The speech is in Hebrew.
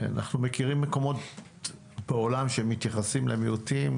אנחנו מכירים מקומות בעולם שמתייחסים למיעוטים,